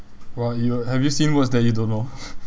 !wah! you have you seen words that you don't know